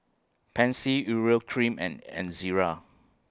Pansy Urea Cream and Ezerra